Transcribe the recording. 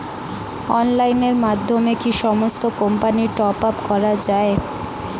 অনলাইনের মাধ্যমে কি সমস্ত কোম্পানির টপ আপ করা যায়?